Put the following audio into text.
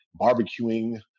barbecuing